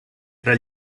tra